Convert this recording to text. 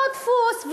אותו דפוס,